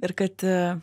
ir kad